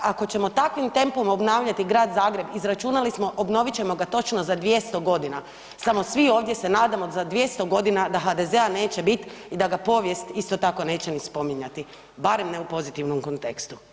Ako ćemo takvim tempom obnavljati grad Zagreb, izračunali smo, obnoviti ćemo ga točno za 200 godina, samo svi ovdje se nadamo, za 200 godina da HDZ-a neće biti i da ga povijest isto tako neće ni spominjati, barem ne u pozitivnom kontekstu.